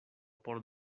por